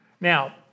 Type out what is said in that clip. Now